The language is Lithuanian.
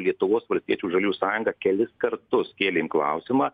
lietuvos valstiečių žaliųjų sąjunga kelis kartus kėlėm klausimą